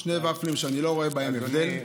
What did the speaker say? שני ופלים שאני לא רואה ביניהם הבדל.